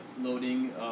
loading